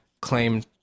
claim